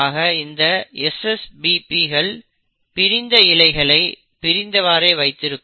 ஆக இந்த SSBPகல் பிரிந்த இழைகளை பிரிந்தவாறே வைத்திருக்கும்